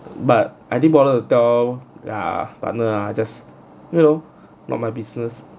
but I didn't bother to tell their ah partner ah you know not my business